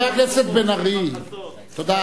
תודה,